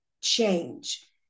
change